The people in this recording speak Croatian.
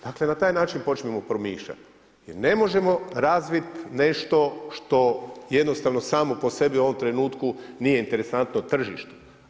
Dakle, na taj način počnimo promišljat, jer ne možemo razvit nešto što jednostavno samo po sebi u ovom trenutku nije interesantno tržištu.